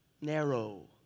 Narrow